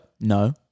No